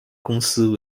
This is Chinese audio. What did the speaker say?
公司